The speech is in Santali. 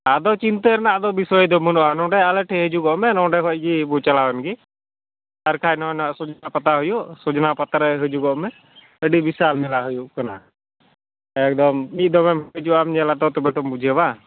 ᱟᱫᱚ ᱪᱤᱱᱛᱟᱹ ᱨᱮᱱᱟᱜ ᱫᱚ ᱵᱤᱥᱚᱭ ᱫᱚ ᱵᱟᱹᱱᱩᱜᱼᱟ ᱱᱚᱰᱮ ᱟᱞᱮ ᱴᱷᱮᱡ ᱦᱤᱡᱩᱜᱚᱜ ᱢᱮ ᱱᱚᱰᱮ ᱠᱷᱚᱡ ᱜᱤᱵᱚ ᱪᱟᱞᱟᱣ ᱮᱱᱜᱤ ᱟᱨ ᱠᱷᱟᱡ ᱱᱚᱜᱱᱟ ᱥᱚᱡᱚᱱᱟ ᱯᱟᱛᱟ ᱦᱩᱭᱩᱜ ᱥᱚᱡᱱᱟ ᱯᱟᱛᱟ ᱨᱮ ᱦᱤᱡᱩᱜᱚᱜ ᱢᱮ ᱟᱹᱰᱤ ᱵᱤᱥᱟᱞ ᱢᱮᱞᱟ ᱦᱩᱭᱩᱜᱚᱜ ᱠᱟᱱᱟ ᱮᱠᱫᱚᱢ ᱢᱤᱫ ᱫᱚᱢᱮᱢ ᱦᱤᱡᱩᱜᱼᱟ ᱧᱮᱞᱟᱛᱚ ᱛᱚᱵᱮ ᱛᱚᱢ ᱵᱩᱡᱷᱟᱹᱣᱟ